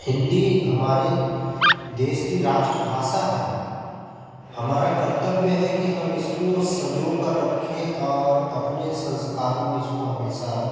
हिंदी हमारे देश की राष्ट्रभाषा है हमारा कर्तव्य है कि हम इसको संजो कर रखें और अपने संस्कारों में इसको हमेशा